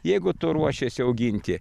jeigu tu ruošiesi auginti